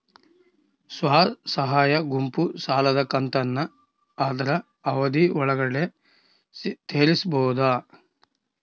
ಸ್ವಸಹಾಯ ಗುಂಪು ಸಾಲದ ಕಂತನ್ನ ಆದ್ರ ಅವಧಿ ಒಳ್ಗಡೆ ತೇರಿಸಬೋದ?